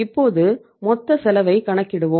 இப்போது மொத்த செலவைக் கணக்கிடுவோம்